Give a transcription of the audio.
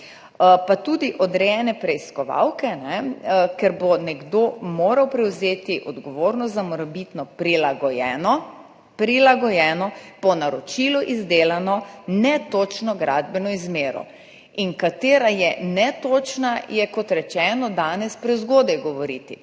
pa tudi odrejene preiskovalke, ker bo nekdo moral prevzeti odgovornost za morebitno prilagojeno, po naročilu izdelano netočno gradbeno izmero. Katera je netočna, je, kot rečeno, danes prezgodaj govoriti.